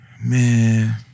man